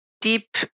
deep